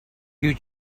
you